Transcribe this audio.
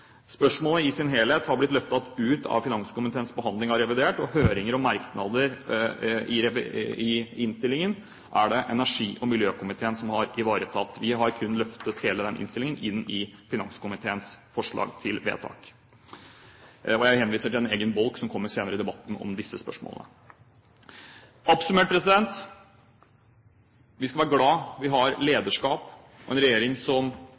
Spørsmålet i sin helhet har blitt løftet ut av finanskomiteens behandling av revidert, og høringer og merknader i innstillingen er det energi- og miljøkomiteen som har ivaretatt. Vi har kun løftet hele den innstillingen inn i finanskomiteens forslag til vedtak. Jeg henviser til en egen bolk som kommer senere i debatten om disse spørsmålene. Oppsummert: Vi skal være glad for at vi har lederskap og en regjering som